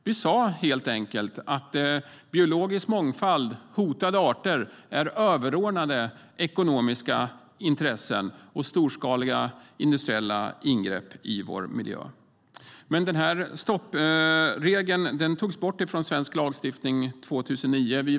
Vi sa helt enkelt att biologisk mångfald, hotade arter, var överordnade ekonomiska intressen och storskaliga industriella ingrepp i vår miljö. Men stoppregeln togs bort från svensk lagstiftning 2009.